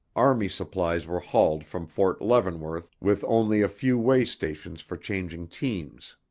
army supplies were hauled from fort leavenworth with only a few way stations for changing teams.